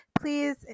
Please